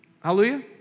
Hallelujah